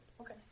Okay